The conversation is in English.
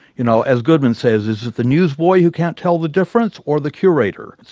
you know, as goodman says, is it the newsboy who can't tell the difference, or the curators?